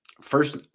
first